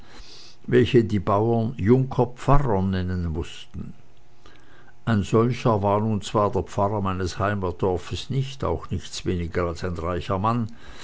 welche die bauern junker pfarrer nennen mußten ein solcher war nun zwar der pfarrer meines heimatdorfes nicht auch nichts weniger als ein reicher mann